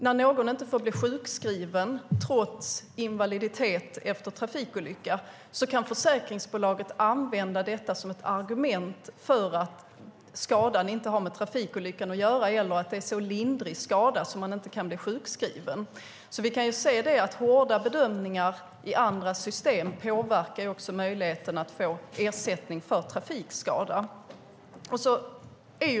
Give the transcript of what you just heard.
När någon inte får bli sjukskriven trots invaliditet efter trafikolycka kan försäkringsbolaget använda detta som ett argument för att skadan inte har med trafikolyckan att göra eller för att det är en så lindrig skada att man inte kan bli sjukskriven. Hårda bedömningar i andra system påverkar också möjligheten att få ersättning för trafikskada.